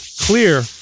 clear